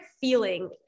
feeling